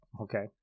Okay